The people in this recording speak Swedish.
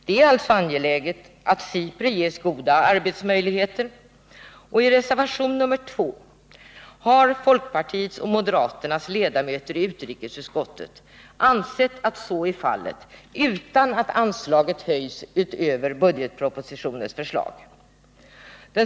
Det är alltså angeläget att SIPRI ges goda arbetsmöjligheter. I reservationen 2 har folkpartiets och moderaternas ledamöter i utrikesutskottet ansett att så är fallet utan att anslaget höjs utöver budgetpropositionens förslag.